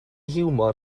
hiwmor